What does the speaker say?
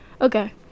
okay